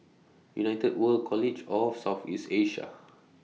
United World College of South East Asia